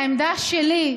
העמדה שלי,